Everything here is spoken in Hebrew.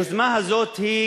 היוזמה הזאת היא